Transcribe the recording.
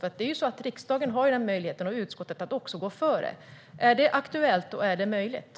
Riksdagen och utskottet har ju möjlighet att gå före. Är det aktuellt, och är det möjligt?